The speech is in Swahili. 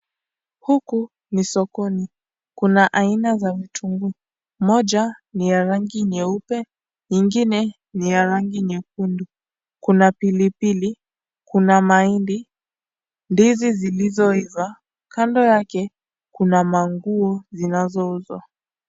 Huku ni sokoni. Kuna aina za vitunguu, moja ni ya rangi nyeupe, nyingine ni ya rangi nyekundu. Kuna pilipili, kuna mahindi, ndizi zilizoiva. Kando yake, kuna manguo zinazouzwa.